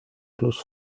plus